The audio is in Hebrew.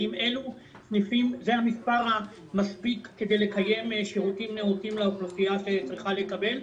האם זה המספר המספיק כדי לקיים שירותים נאותים לאוכלוסייה שצריכה לקבל?